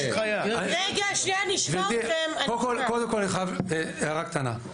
גברתי, קודם כל, אני חייב הערה קטנה: בחוק,